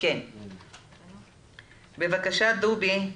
בבקשה דובי.